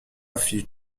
fit